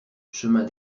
chemin